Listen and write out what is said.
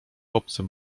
obcym